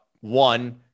one